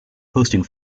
posting